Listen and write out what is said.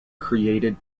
created